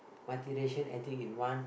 multiracial acting in one